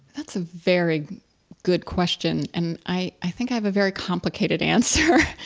that's a very good question. and i i think i have a very complicated answer.